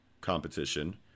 competition